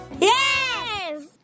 Yes